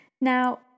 Now